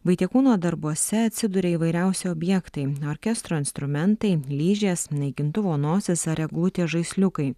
vaitiekūno darbuose atsiduria įvairiausi objektai orkestro instrumentai ližės naikintuvo nosis ar eglutės žaisliukai